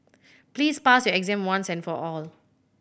please pass your exam once and for all